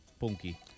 Punky